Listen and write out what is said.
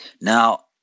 now